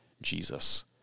Jesus